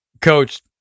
Coach